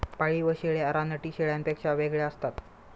पाळीव शेळ्या रानटी शेळ्यांपेक्षा वेगळ्या असतात